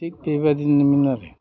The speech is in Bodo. थिग बेबायदिनोमोन आरो